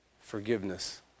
forgiveness